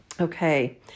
Okay